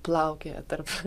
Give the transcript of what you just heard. plaukioja tarp